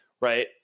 right